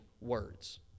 words